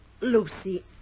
Lucy